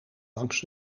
langs